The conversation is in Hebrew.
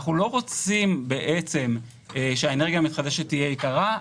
אנחנו לא רוצים שהאנרגיה המתחדשת תהיה יקרה.